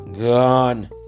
Gone